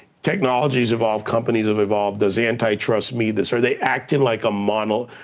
technology's evolved, companies have evolved. does antitrust mete this? are they acting like a mono,